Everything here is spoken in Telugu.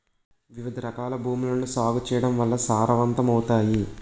వివిధరకాల భూములను సాగు చేయడం వల్ల సారవంతమవుతాయి